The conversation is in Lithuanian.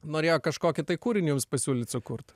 norėjo kažkokį kūrinį jums pasiūlyt sukurt